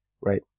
right